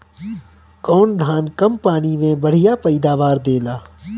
कौन धान कम पानी में बढ़या पैदावार देला?